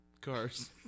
cars